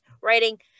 ...writing